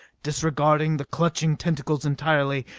disregarding the clutching tentacles entirely,